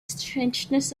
strangeness